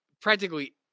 practically